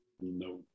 No